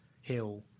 Hill